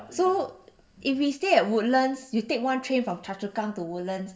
so if we stay at woodlands you take one train from choa chu kang to woodlands